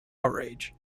outrage